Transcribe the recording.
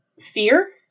fear